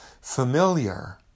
familiar